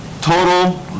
total